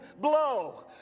blow